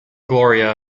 gloria